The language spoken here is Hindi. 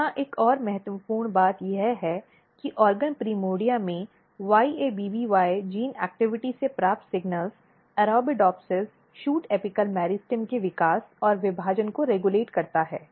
यहां एक और महत्वपूर्ण बात यह है कि ऑर्गेनोप्सिस में YABBY जीन गतिविधि से प्राप्त संकेत अरबिडोप्सिस शूट एपिकल मेरिस्टेम के विकास और विभाजन को रेग्यूलेट करता है